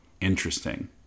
interesting